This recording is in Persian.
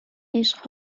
عشق